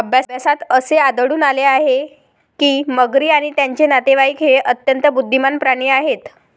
अभ्यासात असे आढळून आले आहे की मगरी आणि त्यांचे नातेवाईक हे अत्यंत बुद्धिमान प्राणी आहेत